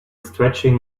stretching